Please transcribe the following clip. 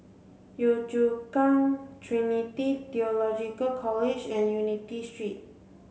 Yio Chu Kang Trinity Theological College and Unity Street